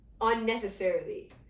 Unnecessarily